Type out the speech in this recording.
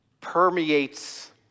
permeates